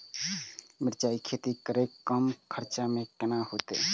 मिरचाय के खेती करे में कम खर्चा में केना होते?